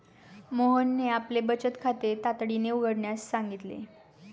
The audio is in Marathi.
मोहनने आपले बचत खाते तातडीने उघडण्यास सांगितले